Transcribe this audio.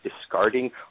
discarding